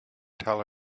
tell